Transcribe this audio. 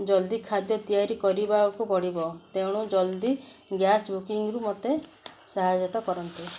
ଜଲ୍ଦି ଖାଦ୍ୟ ତିଆରି କରିବାକୁ ପଡ଼ିବ ତେଣୁ ଜଲ୍ଦି ଗ୍ୟାସ୍ ବୁକିଂରୁ ମତେ ସହାୟତା କରନ୍ତୁ